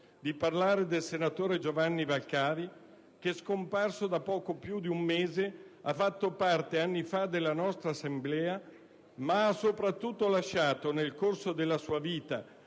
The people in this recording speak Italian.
di parlare del senatore Giovanni Valcavi che, scomparso da poco più di un mese, ha fatto parte, anni fa, della nostra Assemblea, ma ha soprattutto lasciato nel corso della sua vita,